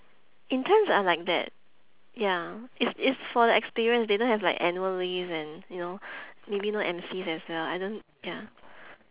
interns are like that ya it's it's for the experience they don't have like annual leaves and you know maybe no M_Cs as well I don't ya